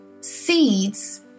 seeds